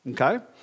Okay